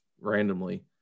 randomly